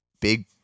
big